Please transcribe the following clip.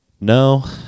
No